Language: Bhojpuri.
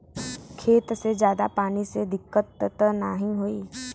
खेत में ज्यादा पानी से दिक्कत त नाही होई?